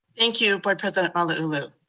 thank you board president malauulu.